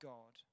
God